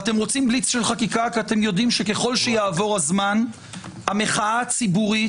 ואתם רוצים בליץ של חקיקה כי אתם יודעים שככל שיעבור הזמן המחאה הציבורית